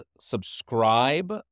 subscribe